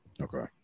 Okay